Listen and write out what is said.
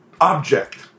object